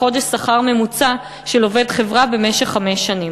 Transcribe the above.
בחודש שכר ממוצע של עובד חברה במשך חמש שנים.